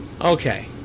okay